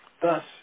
Thus